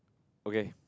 okay